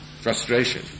Frustration